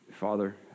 Father